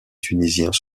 tunisiens